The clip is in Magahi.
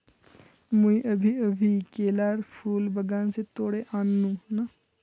मुई अभी अभी केलार फूल बागान स तोड़े आन नु